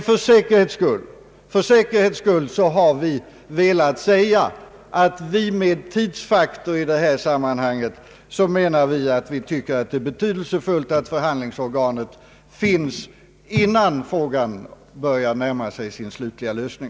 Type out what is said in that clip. För säkerhets skull har vi velat framhålla att det i detta sammanhang är betydelsefullt = att - förhandlingsorganet finns, innan frågan börjar närma sig sin slutliga lösning.